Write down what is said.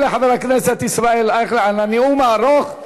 תודה לחבר הכנסת ישראל אייכלר על הנאום הארוך,